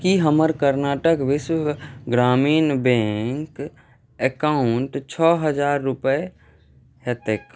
की हमर कर्नाटक विकस ग्रामीण बैंक अकाउंटमे छओ हजार रूपैआ हेतैक